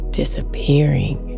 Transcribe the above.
disappearing